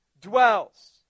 dwells